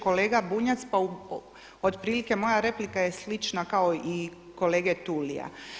Kolega Bunjac, pa otprilike moja replika je slična kao i kolege Tulia.